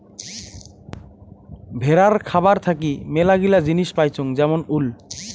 ভেড়ার খাবার থাকি মেলাগিলা জিনিস পাইচুঙ যেমন উল